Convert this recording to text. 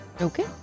Okay